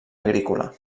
agrícola